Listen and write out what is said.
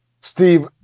Steve